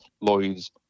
Lloyds